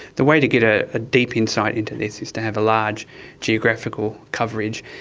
the way to get ah a deep insight into this is to have a large geographical coverage,